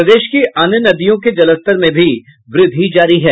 प्रदेश की अन्य नदियों के जलस्तर में भी वृद्धि जारी है